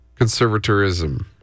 Conservatorism